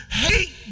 Hate